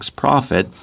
profit